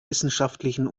wissenschaftlichen